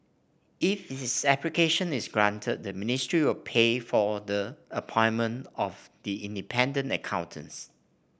if its application is granted the ministry will pay for the appointment of the independent accountants